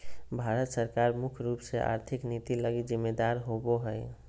भारत सरकार मुख्य रूप से आर्थिक नीति लगी जिम्मेदर होबो हइ